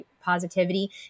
positivity